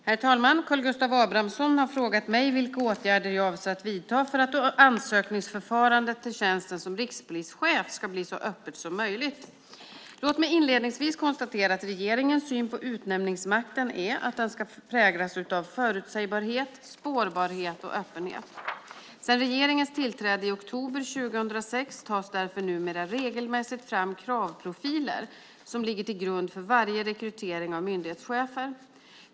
Herr talman! Karl Gustav Abramsson har frågat mig vilka åtgärder jag avser att vidta för att ansökningsförfarandet till tjänsten som rikspolischef ska bli så öppet som möjligt. Låt mig inledningsvis konstatera att regeringens syn på utnämningsmakten är att den ska präglas av förutsägbarhet, spårbarhet och öppenhet. Sedan regeringens tillträde i oktober 2006 tas därför numera regelmässigt fram kravprofiler som ligger till grund för varje rekrytering av myndighetschefer.